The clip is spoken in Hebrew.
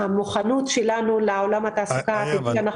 והמוכנות שלנו לעולם התעסוקה העתידי הזה.